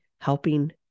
helping